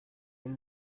wari